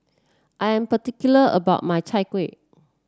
I am particular about my Chai Kueh